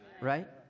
right